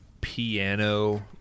piano